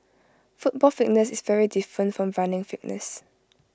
football fitness is very different from running fitness